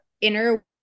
inner